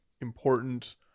important